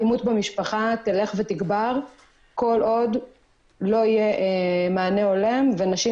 האלימות במשפחה תלך ותגבר כל עוד לא יהיה מענה הולם ונשים